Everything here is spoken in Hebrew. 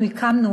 אנחנו הקמנו,